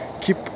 Keep